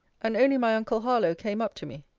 and only my uncle harlowe came up to me.